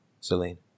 Celine